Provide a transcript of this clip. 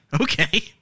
Okay